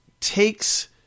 takes